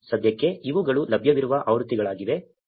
ಸದ್ಯಕ್ಕೆ ಇವುಗಳು ಲಭ್ಯವಿರುವ ಆವೃತ್ತಿಗಳಾಗಿವೆ